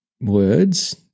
words